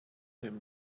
him